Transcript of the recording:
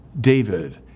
David